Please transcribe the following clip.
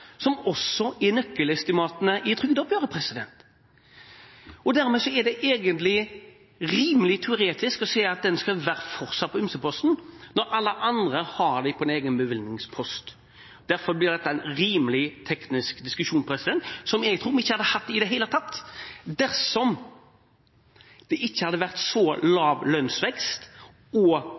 som også er nøkkelestimatene i trygdeoppgjøret. Dermed er det egentlig rimelig teoretisk å si at den fortsatt skal være på ymseposten, når alle andre har det på en egen bevilgningspost. Derfor blir dette en rimelig teknisk diskusjon, som jeg tror vi ikke hadde hatt i det hele tatt dersom det ikke hadde vært så lav lønnsvekst og